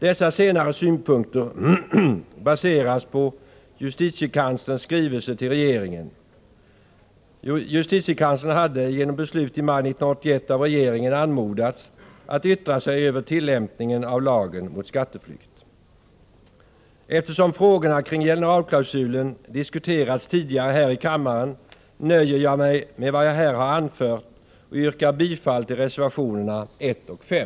Dessa senare synpunkter baseras på justitiekanslerns skrivelse till regeringen. Justitiekanslern hade genom beslut i maj 1981 av regeringen anmodats att yttra sig över tillämpningen av lagen mot skatteflykt. Eftersom frågorna kring generalklausulen diskuterats tidigare här i kammaren, nöjer jag mig med vad jag här har anfört och yrkar bifall till reservationerna 1 och 5.